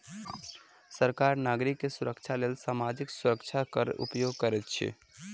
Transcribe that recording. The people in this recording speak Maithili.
सरकार नागरिक के सुरक्षाक लेल सामाजिक सुरक्षा कर उपयोग करैत अछि